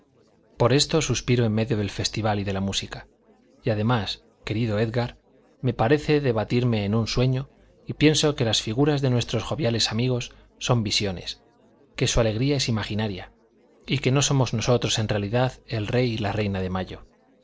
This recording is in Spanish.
por esto suspiro en medio del festival y de la música y además querido édgar me parece debatirme en un sueño y pienso que las figuras de nuestros joviales amigos son visiones que su alegría es imaginaria y que no somos nosotros en realidad el rey y la reina de mayo